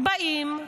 באים,